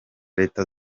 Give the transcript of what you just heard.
leta